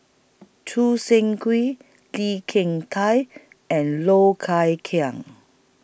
Choo Seng Quee Lee Kin Tat and Low Thia Khiang